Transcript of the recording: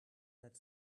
that